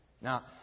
Now